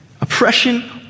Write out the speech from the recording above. oppression